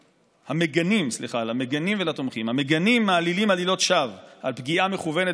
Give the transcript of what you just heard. המגנים מעלילים עלילות שווא על פגיעה מכוונת